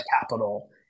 capital